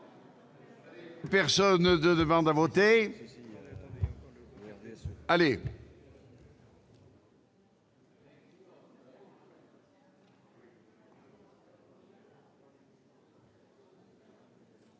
Personne ne demande plus à voter ?